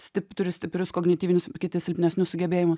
stip turi stiprius kognityvinius kiti silpnesnius sugebėjimų